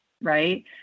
Right